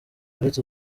uretse